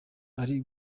ari